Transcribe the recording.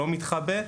לא מתחבא,